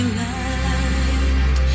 light